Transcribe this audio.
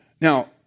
Now